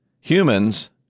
humans